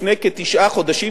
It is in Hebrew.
לפני כתשעה חודשים,